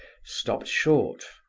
stopped short,